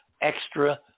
extra